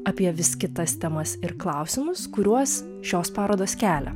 apie vis kitas temas ir klausimus kuriuos šios parodos kelia